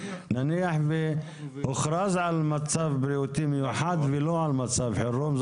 כאשר נניח שהוכרז על מצב בריאותי מיוחד ולא על מצב חירום,